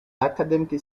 academic